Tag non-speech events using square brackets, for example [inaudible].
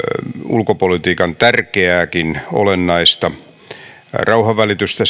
ulkopolitiikan tärkeää olennaista rauhanvälitystä [unintelligible]